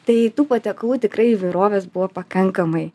tai tų patiekalų tikrai įvairovės buvo pakankamai